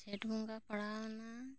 ᱡᱷᱮᱸᱴ ᱵᱚᱸᱜᱟ ᱯᱟᱲᱟᱣ ᱮᱱᱟ